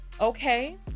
okay